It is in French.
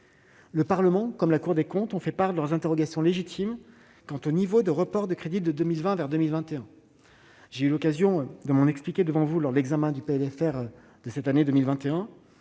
Le Parlement et la Cour des comptes ont fait part de leurs interrogations légitimes quant au niveau des reports de crédits de 2020 vers 2021. J'ai eu l'occasion de m'en expliquer devant vous lors de l'examen du PLFR 2021,